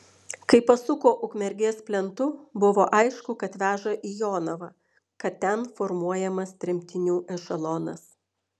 kai pasuko ukmergės plentu buvo aišku kad veža į jonavą kad ten formuojamas tremtinių ešelonas